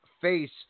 face